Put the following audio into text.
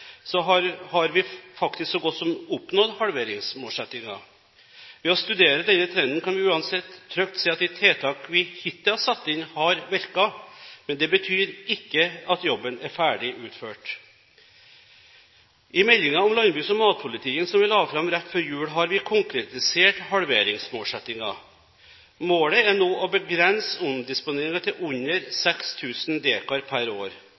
har vi faktisk så godt som oppnådd halveringsmålsettingen. Ved å studere denne trenden kan vi uansett trygt si at de tiltak vi hittil har satt inn, har virket. Men det betyr ikke at jobben er ferdig utført. I meldingen om landbruks- og matpolitikken som vi la fram rett før jul, har vi konkretisert halveringsmålsettingen. Målet er nå å begrense omdisponeringen til under 6 000 dekar per år.